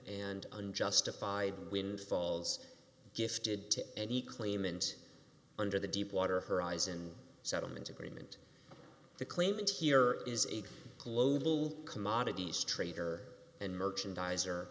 and unjustified windfalls gifted to any claimant under the deepwater horizon settlement agreement the claimant here is a global commodities trader and merchandise